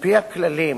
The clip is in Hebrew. על-פי הכללים,